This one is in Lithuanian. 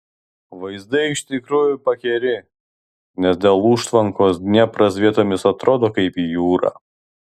vaizdai iš tikrųjų pakeri nes dėl užtvankos dniepras vietomis atrodo kaip jūra